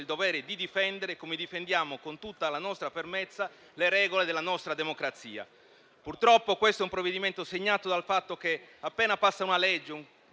dovere di difendere, come difendiamo con tutta la nostra fermezza le regole della nostra democrazia. Purtroppo questo è un provvedimento segnato dal fatto che, appena passa una legge